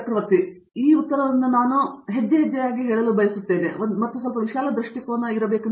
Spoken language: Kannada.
ಚಕ್ರವರ್ತಿ ಹಾಗಾಗಿ ನಾನು ಈ ಉತ್ತರವನ್ನು ನಿಜವಾಗಿ ಹೆಜ್ಜೆ ಹೆಜ್ಜೆ ಹೇಳಲು ಬಯಸುತ್ತೇನೆ ಮತ್ತು ಸ್ವಲ್ಪ ವಿಶಾಲ ದೃಷ್ಟಿಕೋನವನ್ನು ಮಾಡಬೇಕೆಂದು ನಾನು ಭಾವಿಸುತ್ತೇನೆ